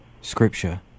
scripture